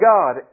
God